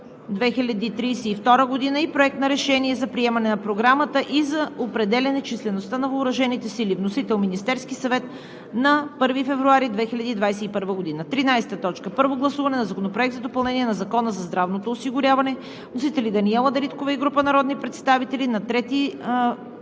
числеността на въоръжените сили. Вносител – Министерският съвет, на 1 февруари 2021 г. 13. Първо гласуване на Законопроекта за допълнение на Закона за здравното осигуряване. Вносители –Даниела Дариткова и група народни представители на 3